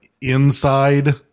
inside